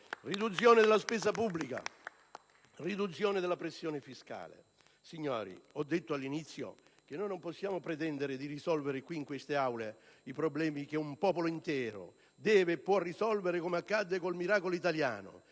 riduzione della spesa pubblica e della pressione fiscale, signori, ho detto all'inizio che non possiamo pretendere di risolvere in queste Aule i problemi che un popolo intero deve e può risolvere come accadde col miracolo italiano.